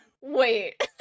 Wait